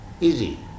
Easy